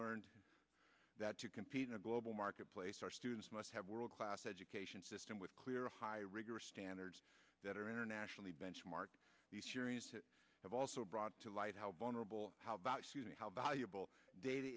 learned that to compete in a global marketplace our students must have a world class education system with clear high rigorous standards that are internationally benchmarked have also brought to light how vulnerable and how valuable data